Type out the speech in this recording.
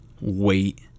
wait